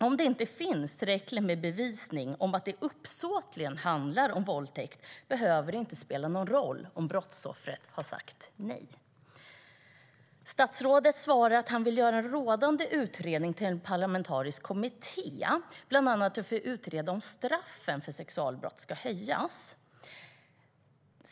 Om det inte finns tillräckligt med bevisning om att det uppsåtligen handlar om våldtäkt behöver det inte spela någon roll att brottsoffret sagt nej. Statsrådet svarar att han vill göra om den rådande utredningen till en parlamentarisk kommitté, bland annat för att utreda om straffen för sexualbrott ska höjas.